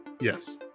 Yes